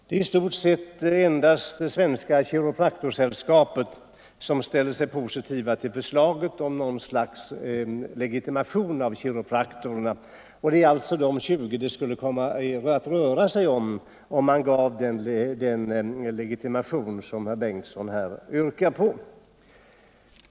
Det är i stort sett endast Svenska chiropraktorsällskapet som ställer sig positivt till förslaget om något slags legitimation av kiropraktorerna. Det är 20 kiropraktorer det skulle kunna komma att röra sig om, ifall man gav den legitimation som herr Bengtsson i Göteborg yrkar på.